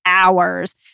hours